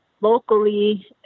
Locally